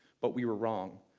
but we were wrong.